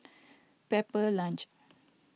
Pepper Lunch